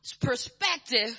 Perspective